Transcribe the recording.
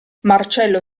marcello